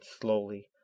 slowly